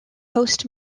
host